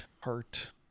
heart